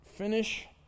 finish